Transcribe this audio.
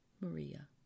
Maria